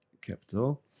Capital